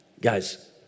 Guys